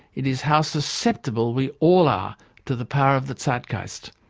it is how susceptible we all are to the power of the zeitgeist.